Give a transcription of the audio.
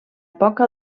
poca